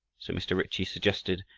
so mr. ritchie suggested,